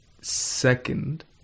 Second